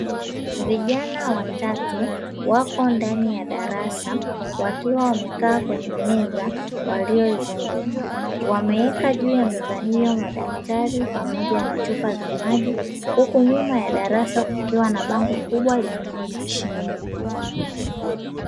Vijana watatu wako ndani ya darasa, wakiwa wamekaaa kwenye meza waliyoizunguka. Wameeka juu ya meza hiyo madaftari pamoja na chupa za maji, huku nyuma ya darasa kukiwa na bango kubwa lenye maandishi meupe.